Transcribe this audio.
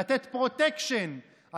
לתת פרוטקשן,